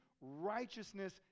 righteousness